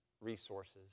resources